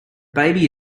baby